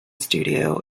studio